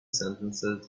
sentences